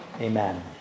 Amen